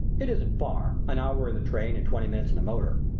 it isn't far an hour in the train and twenty minutes in the motor.